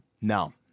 No